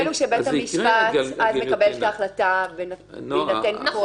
למרות שההבדל הוא שבית המשפט אז מקבל את החלטה בהינתן כל